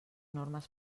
normes